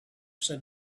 said